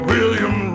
William